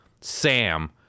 Sam